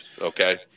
okay